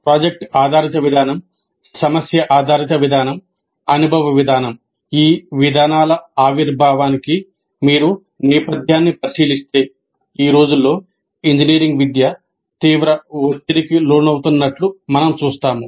project ఆధారిత విధానం సమస్య ఆధారిత విధానం అనుభవ విధానం ఈ విధానాల ఆవిర్భావానికి మీరు నేపథ్యాన్ని పరిశీలిస్తే ఈ రోజుల్లో ఇంజనీరింగ్ విద్య తీవ్ర ఒత్తిడికి లోనవుతున్నట్లు మనం చూస్తాము